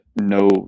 no